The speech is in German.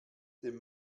dem